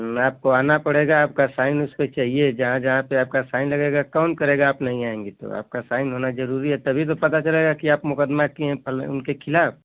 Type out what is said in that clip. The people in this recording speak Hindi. आपको आना पड़ेगा आपका साइन उस पर चाहिए जहाँ जहाँ पर साइन आपके लगेगा कौन करेगा आप नहीं आएंगे तो आपको साइन होना जरूरी है तभी तो पता चलेगा की आप मुकदमा किए है पहने उनके खिलाफ